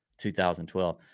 2012